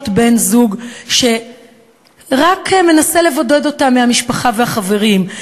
בן-זוג שרק מנסה לבודד אותן מהמשפחה והחברים,